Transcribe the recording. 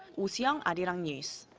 oh soo-young, arirang news.